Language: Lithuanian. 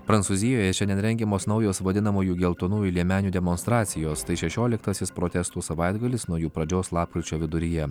prancūzijoje šiandien rengiamos naujos vadinamųjų geltonųjų liemenių demonstracijos tai šešioliktasis protestų savaitgalis nuo jų pradžios lapkričio viduryje